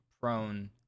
prone